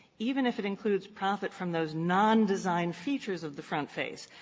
even if it includes profit from those non-design features of the front face,